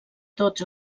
tots